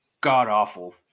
god-awful